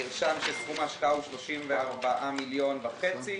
נרשם שסכום ההשקעה הוא 34 מיליון וחצי,